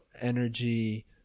energy